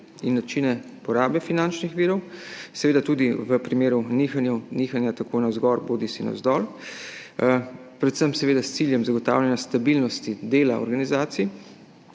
in načine porabe finančnih virov, seveda tudi v primeru nihanja bodisi navzgor bodisi navzdol, predvsem seveda s ciljem zagotavljanja stabilnosti dela organizacij,